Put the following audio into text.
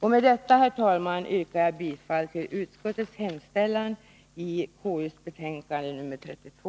Med detta, herr talman, yrkar jag bifall till utskottets hemställan i konstitutionsutskottets betänkande nr 32.